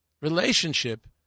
relationship